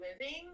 living